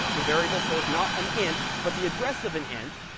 the variable stores, not an int, but the address of an int.